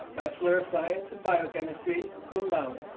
bachelor of science in biochemistry, cum laude.